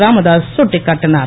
Ramadoss சுட்டிக்காட்டினுர்